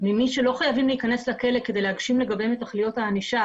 ממי שלא חייבים להיכנס לכלא כדי להגשים לגביהם את תכליות הענישה,